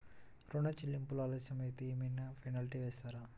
ఋణ చెల్లింపులు ఆలస్యం అయితే ఏమైన పెనాల్టీ వేస్తారా?